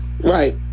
Right